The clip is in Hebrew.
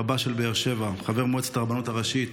רבה של באר שבע, חבר מועצת הרבנות הראשית,